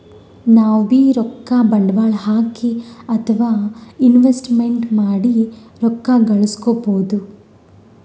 ನಾವ್ಬೀ ರೊಕ್ಕ ಬಂಡ್ವಾಳ್ ಹಾಕಿ ಅಥವಾ ಇನ್ವೆಸ್ಟ್ಮೆಂಟ್ ಮಾಡಿ ರೊಕ್ಕ ಘಳಸ್ಕೊಬಹುದ್